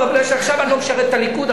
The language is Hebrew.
מפני שעכשיו אני לא משרת את הליכוד,